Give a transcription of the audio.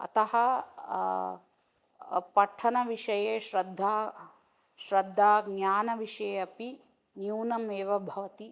अतः पठनविषये श्रद्धा श्रद्धा ज्ञानविषये अपि न्यूनम् एव भवति